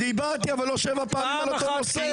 דיברתי, אבל לא שבע פעמים על אותו נושא.